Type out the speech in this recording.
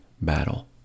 battle